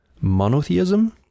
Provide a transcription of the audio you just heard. monotheism